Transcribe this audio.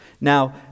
Now